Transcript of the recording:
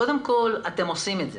קודם כול, אתם עושים את זה.